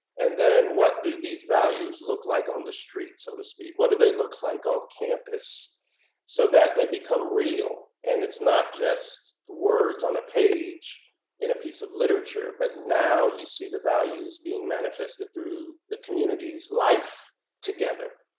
and then what do these values look like on the street, so to speak? what do they look like on campus so that they become real? and it's not just words on a page in a piece of literature but now you see the values being manifested through the community's life together.